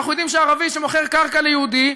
אנחנו יודעים שערבי שמוכר קרקע ליהודי,